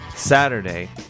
Saturday